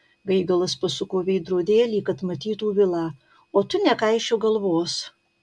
gaigalas pasuko veidrodėlį kad matytų vilą o tu nekaišiok galvos